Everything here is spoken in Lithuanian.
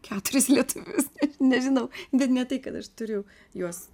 keturi lietuvius net nežinau bet ne tai kad aš turiu juos